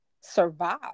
survive